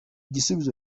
gisubizo